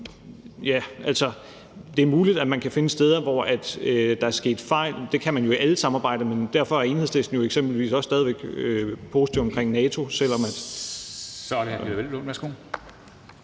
Og ja, det er muligt, at man kan finde steder, hvor der er sket fejl. Det kan man jo i alle slags samarbejder, men trods det er Enhedslisten jo eksempelvis stadig væk positive omkring NATO. Kl. 09:59 Formanden : Så er det hr. Peder Hvelplund. Værsgo.